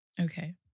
Okay